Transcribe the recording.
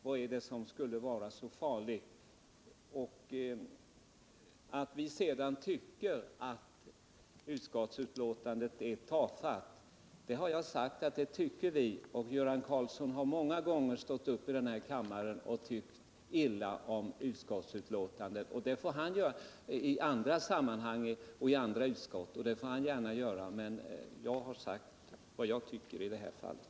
Vad är det som skulle vara så farligt? Sedan detta att vi tycker att utskottsbetänkandet är tafatt. Ja, jag har sagt att vi tycker det. Göran Karlsson har många gånger stått upp i denna kammare och tyckt illa om utskottsbetänkanden i andra sammanhang och från andra utskott, och det får han gärna göra. Men jag har sagt vad jag tycker i det här fallet.